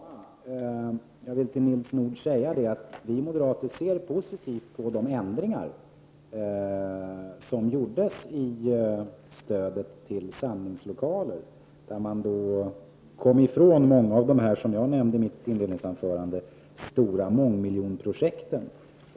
Fru talman! Jag vill säga till Nils Nordh att vi moderater ser positivt på de ändringar som gjordes i stödet till samlingslokaler och som innebär att man kommer ifrån många av de stora mångmiljonprojekten som jag nämnde i mitt inledningsanförande.